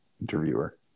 interviewer